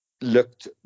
looked